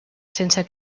sense